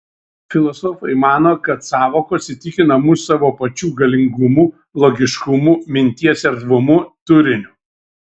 filosofai mano kad sąvokos įtikina mus savo pačių galingumu logiškumu minties erdvumu turiniu